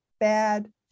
bad